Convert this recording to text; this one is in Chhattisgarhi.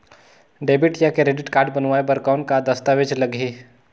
डेबिट या क्रेडिट कारड बनवाय बर कौन का दस्तावेज लगही?